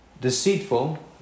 deceitful